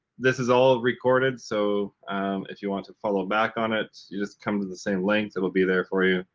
this is all recorded so if you want to follow back on it you just come to the same link, it will be there for you,